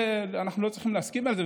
אנחנו לא צריכים להסכים לזה,